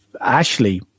Ashley